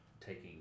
taking